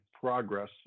progress